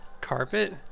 carpet